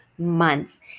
months